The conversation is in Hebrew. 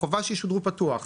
חובה שישודרו פתוח.